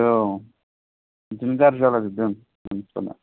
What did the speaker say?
औ बिदिनो गाज्रि जालाजोबदों मानसिफोरना